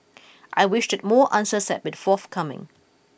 I wish that more answers had been forthcoming